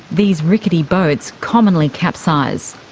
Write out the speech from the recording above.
these rickety boats commonly capsize.